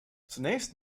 zunächst